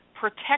protect